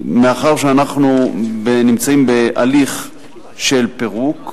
מאחר שאנחנו נמצאים בהליך של פירוק,